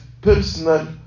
personal